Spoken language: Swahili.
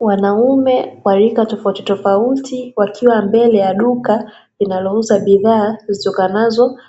Wanaume wa rika tofautitofauti wakiwa mbele ya duka, linalouza bidhaa zitokanazo